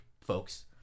folks